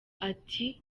ati